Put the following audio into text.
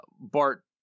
Bart